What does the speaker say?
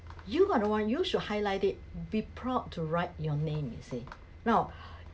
you are the one you should highlight it be proud to write your name he said